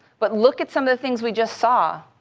but look at some of the things we just saw